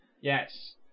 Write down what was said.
Yes